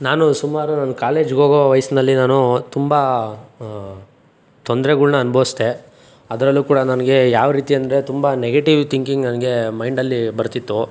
ನಾನು ಸುಮಾರು ನಾನು ಕಾಲೇಜ್ಗೋಗೋ ವಯಸ್ಸಿನಲ್ಲಿ ನಾನು ತುಂಬ ತೊಂದ್ರೆಗಳನ್ನ ಅನುಭವ್ಸ್ದೆ ಅದರಲ್ಲೂ ಕೂಡ ನನಗೆ ಯಾವ ರೀತಿ ಅಂದರೆ ತುಂಬ ನೆಗೆಟಿವ್ ಥಿಂಕಿಂಗ್ ನನಗೆ ಮೈಂಡಲ್ಲಿ ಬರ್ತಿತ್ತು